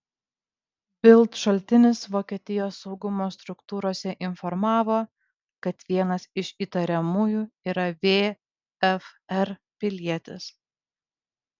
bild šaltinis vokietijos saugumo struktūrose informavo kad vienas iš įtariamųjų yra vfr pilietis